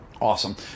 Awesome